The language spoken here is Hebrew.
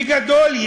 בגדול,